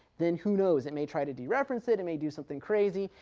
then who knows, it may try to dereference it, it may do something crazy.